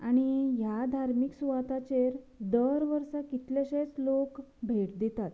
आनी ह्या धार्मीक सुवाताचेर दर वर्सा कितलेंशेंच लोक भेट दितात